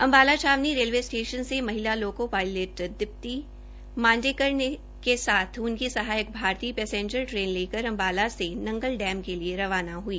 अम्बाला छावनी railway station से महिला लोकोपायॅलेट दीप्ती मांडेकर के साथ उनकी सहायक भारती पेसेंजर ट्रेन लेकर अम्बाला से नग्गल डैम के लिए रवाना हई